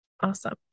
Awesome